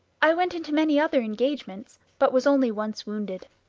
i went into many other engagements, but was only once wounded,